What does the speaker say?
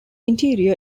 interior